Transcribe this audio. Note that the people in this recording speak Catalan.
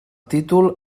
títol